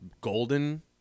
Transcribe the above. golden